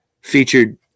featured